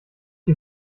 die